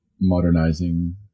modernizing